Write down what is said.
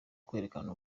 kwerekana